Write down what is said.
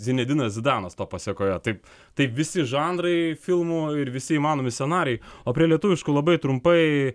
zinedinas zidanas tuo pasekoje taip taip visi žanrai filmų ir visi įmanomi scenarijai o prie lietuviškų labai trumpai